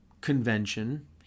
convention